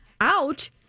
Out